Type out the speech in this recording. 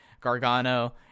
gargano